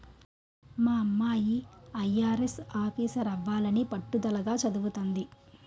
మా అమ్మాయి ఐ.ఆర్.ఎస్ ఆఫీసరవ్వాలని పట్టుదలగా చదవతంది